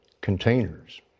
containers